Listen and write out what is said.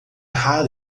raro